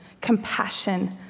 compassion